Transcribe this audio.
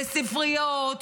בספריות,